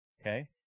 Okay